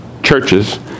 churches